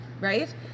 Right